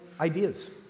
ideas